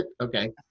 Okay